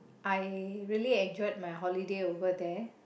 I really enjoyed my holiday over there